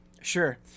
Sure